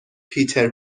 پیتر